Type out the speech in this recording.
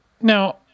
Now